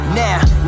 now